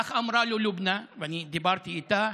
כך אמרה לו לובנא, ואני דיברתי איתה.